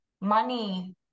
money